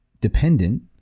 dependent